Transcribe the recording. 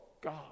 God